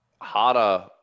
harder